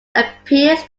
appears